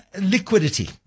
Liquidity